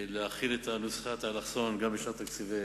להחיל את נוסחת האלכסון גם בשאר תקציבי